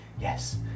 Yes